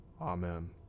Amen